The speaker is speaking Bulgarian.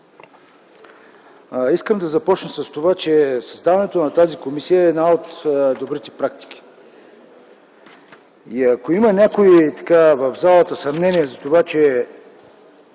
Искам да започна с това, че съставянето на тази комисия е една от добрите практики. И ако някой в залата има съмнение за това,